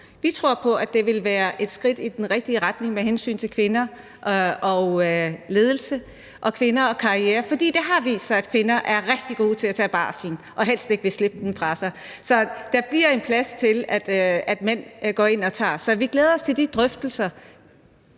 Vi tror på, at det vil være et skridt i den rigtige retning med hensyn til kvinder og ledelse – og kvinder og karriere – for det har vist sig, at kvinder er rigtig gode til at tage barslen og helst ikke vil slippe den. Så der bliver plads til, at mænd går ind og tager barsel. Og vi glæder os til de drøftelser.